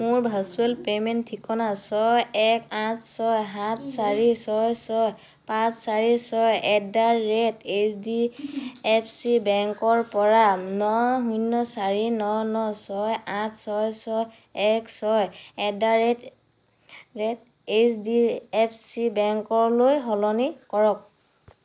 মোৰ virtual payment ঠিকনা ছয় এক আঠ ছয় সাত চাৰি ছয় ছয় পাঁচ চাৰি ছয় at the rate H D F C বেংকৰপৰা ন শূন্য চাৰি ন ন ছয় আঠ ছয় ছয় এক ছয় at the rate H D F C বেংকলৈ সলনি কৰক